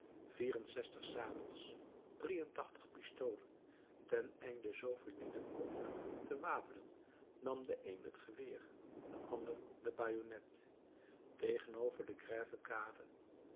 vier en zestig sabels drie en tachtig pistolen ten einde zooveel lieden mogelijk te wapenen nam de een het geweer de ander de bajonnet tegenover de